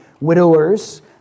Widowers